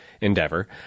endeavor